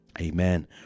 amen